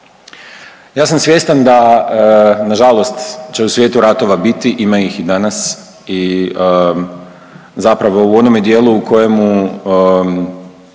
Ja sam svjestan da nažalost će u svijetu ratova biti, ima ih i danas i zapravo u onome dijelu u kojemu